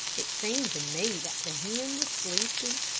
it seemed to me that the hen was sleepy,